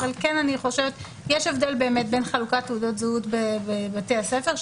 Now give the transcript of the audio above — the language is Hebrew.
יש הבדל בין חלוקת תעודות זהות בבתי הספר,